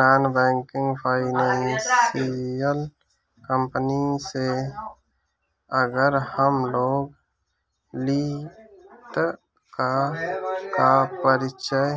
non banking financial company से अगर हम लोन लि त का का परिचय